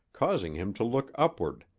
causing him to look upward,